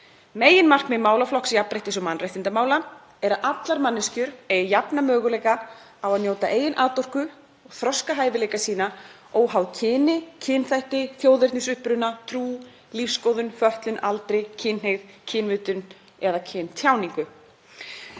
Meginmarkmið málaflokks jafnréttis- og mannréttindamála er að allar manneskjur eigi jafna möguleika á að njóta eigin atorku og þroska hæfileika sína óháð kyni, kynþætti, þjóðernisuppruna, trú, lífsskoðun, fötlun, aldri, kynhneigð, kynvitund eða kyntjáningu.“